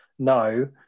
No